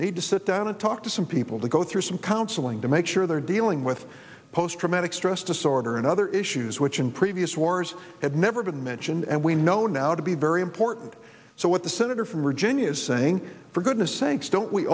need to sit down and talk to some people to go through some counseling to make sure they're dealing with post traumatic stress disorder and other issues which in previous wars have never been mentioned and we know now to be very important so what the senator from virginia is saying for goodness sakes don't we